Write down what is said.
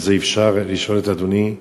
אם אפשר לשאול את אדוני?